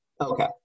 Okay